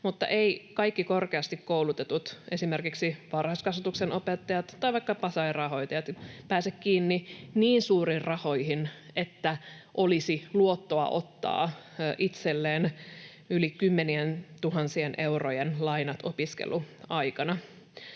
Mutta eivät kaikki korkeasti koulutetut, esimerkiksi varhaiskasvatuksen opettajat tai vaikkapa sairaanhoitajat, pääse kiinni niin suurin rahoihin, että olisi luottoa ottaa itselleen kymmenien tuhansien eurojen lainat opiskeluaikana.